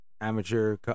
amateur